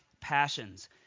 passions